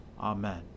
Amen